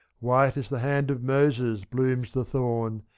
white as the hand of moses blooms the thorn.